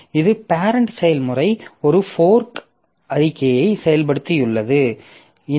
இது பேரெண்ட் செயல்முறை ஒரு ஃபோர்க் அறிக்கையை செயல்படுத்தியுள்ளது